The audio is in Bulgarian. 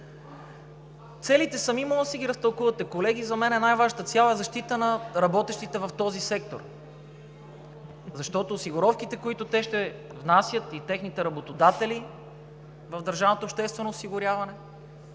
Целите сами може да си ги разтълкувате, колеги, за мен това е цялостна защита на работещите в този сектор, защото осигуровките, които ще внасят техните работодатели в Държавното обществено осигуряване